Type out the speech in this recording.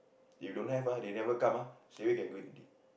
if don't have ah they never come ah straight away can go in already